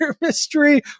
mystery